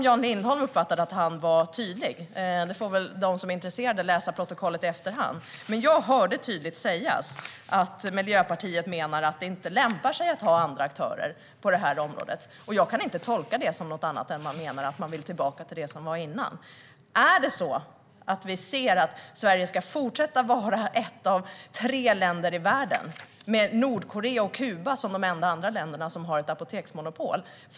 Jan Lindholm uppfattade att han var tydlig, och de som är intresserade får väl läsa protokollet i efterhand. Jag hörde det dock tydligt sägas att Miljöpartiet menar att det inte lämpar sig att ha andra aktörer på detta område. Jag kan inte tolka det som något annat än att man vill tillbaka till hur det var innan. Ska Sverige fortsätta att vara ett av tre länder i världen, med Nordkorea och Kuba som de enda andra länderna, som har ett apoteksmonopol?